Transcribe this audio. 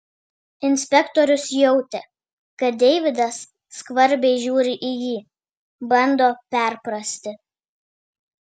inspektorius jautė kad deividas skvarbiai žiūri į jį bando perprasti